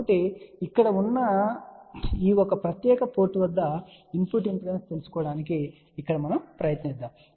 కాబట్టి ఇక్కడ ఉన్న ఈ ఒక ప్రత్యేక పోర్టు వద్ద ఇన్పుట్ ఇంపిడెన్స్ను తెలుసుకోవడానికి ఇక్కడ మనము ప్రయత్నిస్తాము